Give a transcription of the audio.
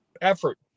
effort